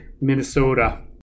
minnesota